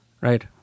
right